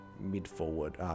Mid-forward